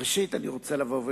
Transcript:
ראשית, אני רוצה לומר,